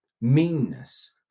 meanness